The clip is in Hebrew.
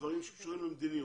דברים שקשורים למדיניות.